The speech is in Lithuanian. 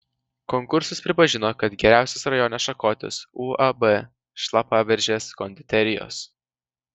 konkursas pripažino kad geriausias rajone šakotis uab šlapaberžės konditerijos